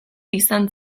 izan